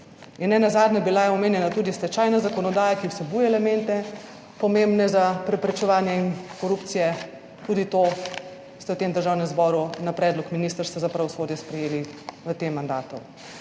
In nenazadnje bila je omenjena tudi stečajna zakonodaja, ki vsebuje elemente, pomembne za preprečevanje korupcije, tudi to ste v tem Državnem zboru na predlog Ministrstva za pravosodje sprejeli v tem mandatu.